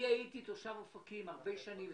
אני הייתי תושב אופקים הרבה שנים,